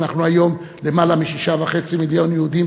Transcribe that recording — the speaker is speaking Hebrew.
אנחנו היום למעלה מ-6.5 מיליון יהודים,